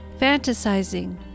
fantasizing